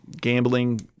gambling